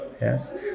Yes